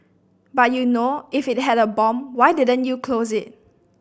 but you know if it had a bomb why didn't you close it